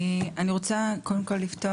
אני דורית